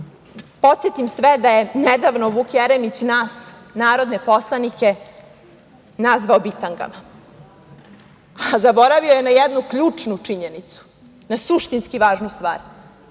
podsetim sve da je nedavno Vuk Jeremić nas narodne poslanike nazvao bitangama. Zaboravio je na jednu ključnu činjenicu, na suštinski važnu stvar,